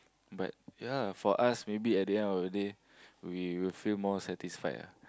but ya for us maybe at the end of the day we will feel more satisfied ah